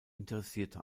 interessierte